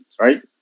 right